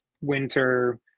winter